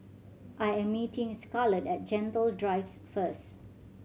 I am meeting Scarlett at Gentle Drive first